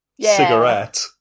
cigarette